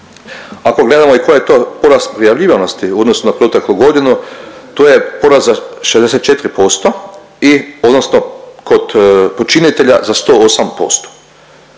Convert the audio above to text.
Ako gledamo i koji je to porast prijavljivanosti u odnosu na proteklu godinu, to je porast za 64% i odnosno kod počinitelja za 108%.